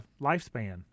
lifespan